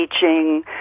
teaching